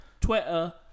Twitter